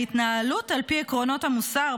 ההתנהלות על פי עקרונות המוסר,